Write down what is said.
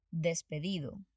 Despedido